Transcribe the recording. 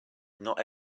not